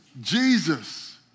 Jesus